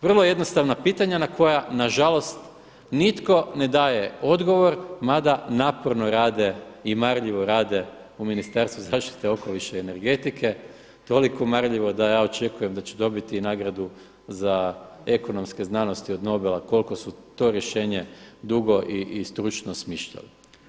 Vrlo jednostavna pitanja na koja nažalost nitko ne daje odgovor, mada naporno rade i marljivo rade u Ministarstvu zaštite okoliša i energetike, toliko marljivo da ja očekujem da će dobiti nagradu za ekonomske znanosti od Nobela koliko su to rješenje dugo i stručno smišljali.